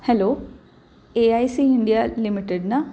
hello A I C India limited ना